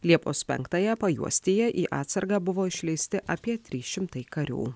liepos penktąją pajuostyje į atsargą buvo išleisti apie trys šimtai karių